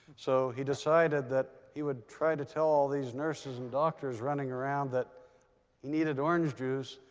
so he decided that he would try to tell all these nurses and doctors running around that he needed orange juice.